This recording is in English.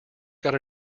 got